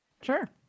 sure